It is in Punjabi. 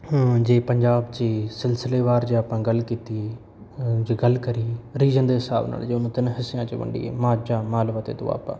ਹਾਂ ਜੇ ਪੰਜਾਬ 'ਚ ਹੀ ਸਿਲਸਿਲੇਵਾਰ ਜਾਂ ਆਪਾਂ ਗੱਲ ਕੀਤੀ ਜੇ ਗੱਲ ਕਰੀਏ ਰੀਜਨ ਦੇ ਹਿਸਾਬ ਨਾਲ ਜਿਵੇਂ ਤਿੰਨ ਹਿਸਿਆ 'ਚ ਵੰਡੀਏ ਮਾਝਾ ਮਾਲਵਾ ਅਤੇ ਦੁਆਬਾ